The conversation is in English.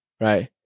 right